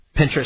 Pinterest